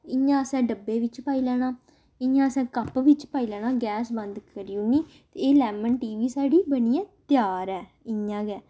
इ'यां असें डब्बे बिच्च पाई लैना इयां असें कप्प बिच्च पाई लैना गैस बंद करी ओड़नी ते एह् लैमन टी बी साढ़ी बनियै त्यार ऐ इ'यां गै